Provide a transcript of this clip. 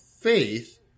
faith